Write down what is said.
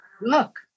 look